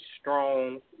strong